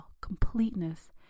completeness